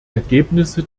ergebnisse